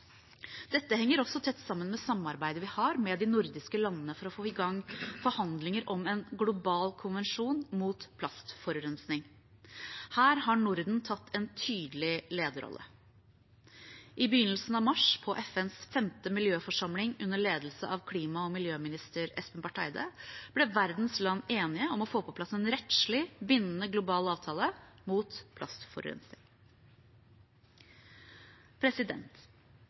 Dette henger også tett sammen med samarbeidet vi har med de nordiske landene for å få i gang forhandlinger om en global konvensjon mot plastforurensing. Her har Norden tatt en tydelig lederrolle. I begynnelsen av mars, på FNs 5. miljøforsamling, under ledelse av klima- og miljøminister Espen Barth Eide, ble verdens land enige om å få på plass en rettslig bindende global avtale mot